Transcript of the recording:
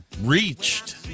reached